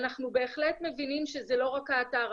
אנחנו בהחלט מבינים שזה לא רק האתר,